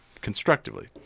constructively